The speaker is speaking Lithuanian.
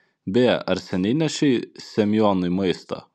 beje ar seniai nešei semionui maisto